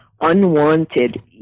unwanted